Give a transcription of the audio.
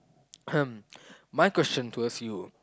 my question towards you